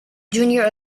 junior